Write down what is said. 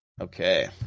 Okay